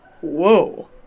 Whoa